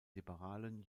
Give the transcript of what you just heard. liberalen